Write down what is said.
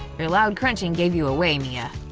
your loud crunching gave you away, mia!